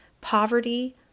poverty